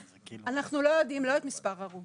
ואנחנו לא יודעים את המכנה,